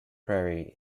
prairie